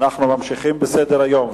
אנחנו ממשיכים בסדר-היום.